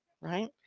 right